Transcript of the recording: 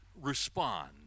respond